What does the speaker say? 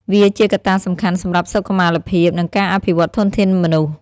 វាជាកត្តាសំខាន់សម្រាប់សុខុមាលភាពនិងការអភិវឌ្ឍធនធានមនុស្ស។